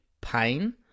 pain